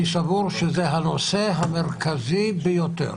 אני סבור שזה הנושא המרכזי ביותר